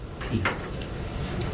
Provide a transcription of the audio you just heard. peace